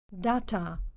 data